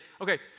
okay